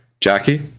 Jackie